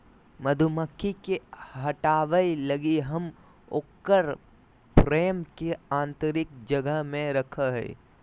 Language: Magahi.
मधुमक्खी के हटाबय लगी हम उकर फ्रेम के आतंरिक जगह में रखैय हइ